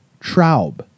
Traub